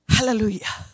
Hallelujah